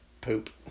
poop